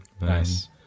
Nice